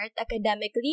academically